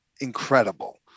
incredible